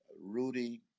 Rudy